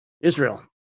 Israel